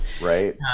right